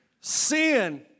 sin